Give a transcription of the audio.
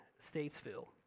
Statesville